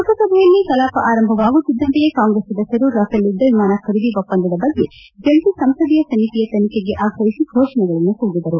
ಲೋಕಸಭೆಯಲ್ಲಿ ಕಲಾಪ ಆರಂಭವಾಗುತ್ತಿದ್ದಂತೆಯೇ ಕಾಂಗ್ರೆಸ್ ಸದಸ್ಯರು ರಫೇಲ್ ಯುದ್ಧ ವಿಮಾನ ಖರೀದಿ ಒಪ್ಪಂದದ ಬಗ್ಗೆ ಜಂಟಿ ಸಂಸದೀಯ ಸಮಿತಿಯ ತನಿಖೆಗೆ ಆಗ್ರಹಿಸಿ ಘೋಷಣೆಗಳನ್ನು ಕೂಗಿದರು